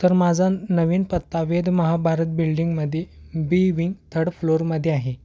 तर माझा नवीन पत्ता वेद महाभारत बिल्डिंगमध्ये बी विंग थर्ड फ्लोअरमध्ये आहे